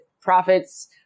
profits